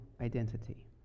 identity